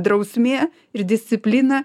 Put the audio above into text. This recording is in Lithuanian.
drausmė ir disciplina